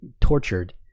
tortured